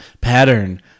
pattern